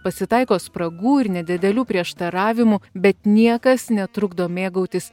pasitaiko spragų ir nedidelių prieštaravimų bet niekas netrukdo mėgautis